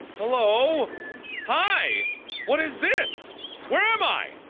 hello hi what is this where am i,